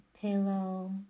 pillow